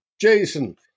Jason